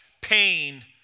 pain